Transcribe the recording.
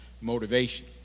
motivation